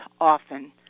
often